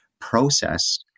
process